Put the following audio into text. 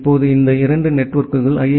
இப்போது இந்த 2 நெட்வொர்க்குகள் ஐ